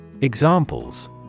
Examples